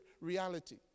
reality